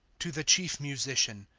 to the chief musician.